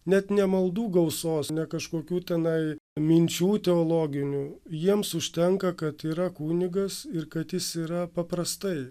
net ne maldų gausos ne kažkokių tenai minčių teologinių jiems užtenka kad yra kunigas ir kad jis yra paprastai